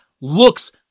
looks